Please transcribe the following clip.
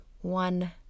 one